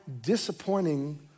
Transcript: disappointing